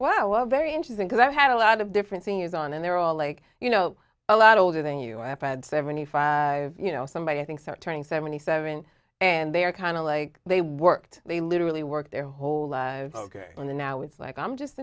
nice well very interesting because i have a lot of different singers on and they're all like you know a lot older than you i have had seventy five you know somebody i think that turning seventy seven and they are kind of like they worked they literally worked their whole lives ok in the now it's like i'm just